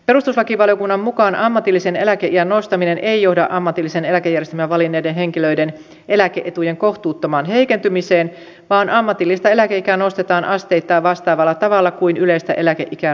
perustuslakivaliokunnan mukaan ammatillisen eläkeiän nostaminen ei johda ammatillisen eläkejärjestelmän valinneiden henkilöiden eläke etujen kohtuuttomaan heikentymiseen vaan ammatillista eläkeikää nostetaan asteittain vastaavalla tavalla kuin yleistä eläkeikää nostetaan